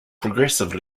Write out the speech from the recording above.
progressive